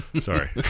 Sorry